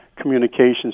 communications